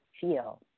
feel